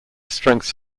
strengths